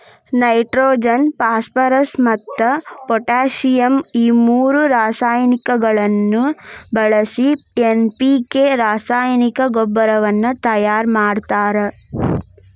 nitrogen phosphorus ಮತ್ತ್ potassium ಈ ಮೂರು ರಾಸಾಯನಿಕಗಳನ್ನ ಬಳಿಸಿ ಎನ್.ಪಿ.ಕೆ ರಾಸಾಯನಿಕ ಗೊಬ್ಬರವನ್ನ ತಯಾರ್ ಮಾಡ್ತಾರ